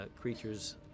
creatures